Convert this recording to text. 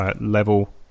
level